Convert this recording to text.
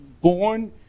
born